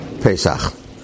Pesach